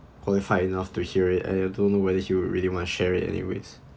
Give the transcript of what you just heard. qualified enough to hear it and I don't know whether he would really want to share it anyways